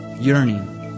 yearning